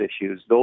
issues